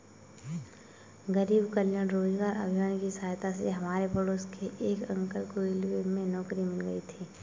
गरीब कल्याण रोजगार अभियान की सहायता से हमारे पड़ोस के एक अंकल को रेलवे में नौकरी मिल गई थी